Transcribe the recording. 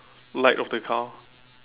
light of the car